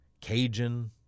Cajun